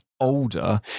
Older